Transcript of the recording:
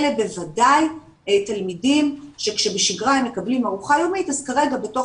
אלה בוודאי תלמידים שכשבשגרה הם מקבלים ארוחה יומית אז כרגע בתוך